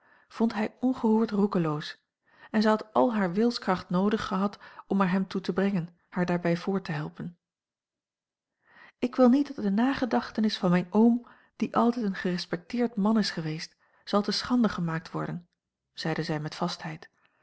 vond hij ongehoord roekeloos en zij had al hare wilskracht noodig gehad om er hem toe te brengen haar daarbij voort te helpen ik wil niet dat de nagedachtenis van mijn oom die altijd een gerespecteerd man is geweest zal te schande gemaakt worden zeide zij met vastheid